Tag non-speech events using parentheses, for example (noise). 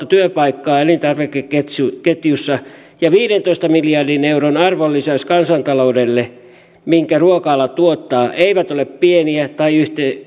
(unintelligible) työpaikkaa elintarvikeketjussa ja viidentoista miljardin arvonlisäys kansantaloudelle minkä ruoka ala tuottaa eivät ole pieniä tai